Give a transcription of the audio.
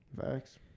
Facts